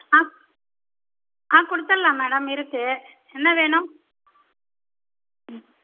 ஆ ஆ கொடுத்துட்லாம் மேடம் இருக்குது என்ன வேணும் ம்